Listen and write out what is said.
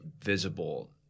visible